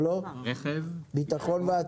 רכב ביטחון.